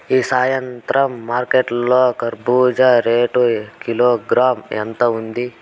ఈ సాయంత్రం మార్కెట్ లో కర్బూజ రేటు కిలోగ్రామ్స్ ఎంత ఉంది?